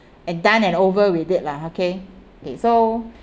and done and over with it lah okay okay so